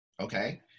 okay